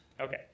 Okay